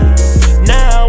Now